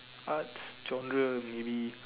arts genre maybe